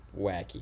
wacky